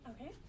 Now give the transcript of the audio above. Okay